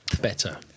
better